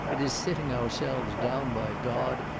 it is sitting ourselves down by god,